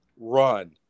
run